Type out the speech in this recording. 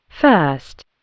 First